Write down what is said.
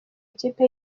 ikipe